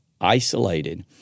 isolated